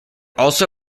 also